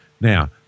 now